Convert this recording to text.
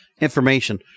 information